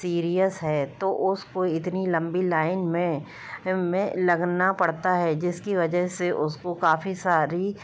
serious है तो उसको इतनी लंबी लाइन में में लगना पड़ता है जिसकी वजह से उसको काफ़ी सारी